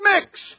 mix